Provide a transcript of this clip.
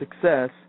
success